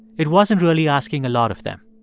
it wasn't really asking a lot of them.